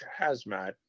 hazmat